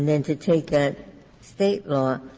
then to take that state law